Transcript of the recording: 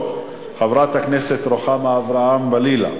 5563, 5571, 5588,